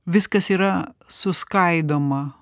viskas yra suskaidoma